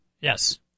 Yes